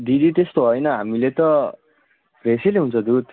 दिदी त्यस्तो होइन हामीले त फ्रेसै ल्याउँछ दुध